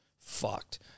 Fucked